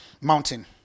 mountain